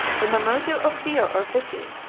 from a motive of fear or pity,